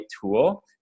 tool